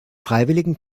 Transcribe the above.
freiwilligen